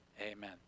amen